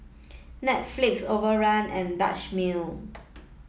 Netflix Overrun and Dutch Mill